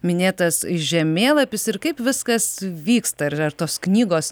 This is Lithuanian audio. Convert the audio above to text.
minėtas žemėlapis ir kaip viskas vyksta ir ar tos knygos